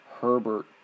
Herbert